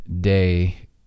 day